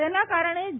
તેના કારણે જે